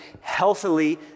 healthily